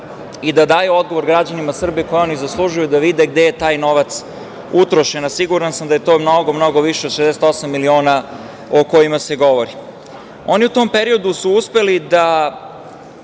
i da daju odgovor građanima Srbije koji oni zaslužuju, da vide gde je taj novac utrošen. Siguran sam da je to mnogo, mnogo više od 68 miliona o kojima se govori. Oni su u tom periodu uspeli da